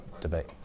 debate